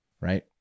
right